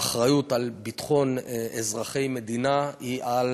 האחריות לביטחון אזרחי מדינה היא על